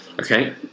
Okay